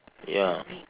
ya